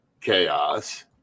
chaos